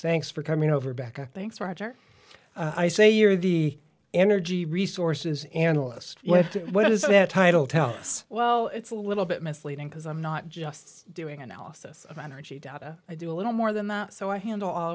thanks for coming over becca thanks roger i say you're the energy resources analyst what does that title tell us well it's a little bit misleading because i'm not just doing analysis of energy data i do a little more than that so i handle all